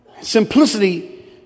Simplicity